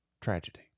tragedy